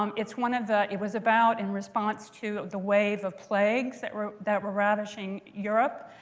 um it's one of the it was about in response to the wave of plagues that were that were ravaging europe,